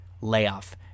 Layoff